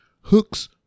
Hooks